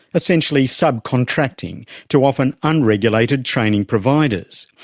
essentially subcontracting to often unregulated training providers.